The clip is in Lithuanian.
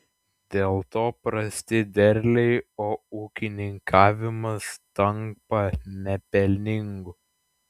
dėl to prasti derliai o ūkininkavimas tampa nepelningu